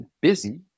busy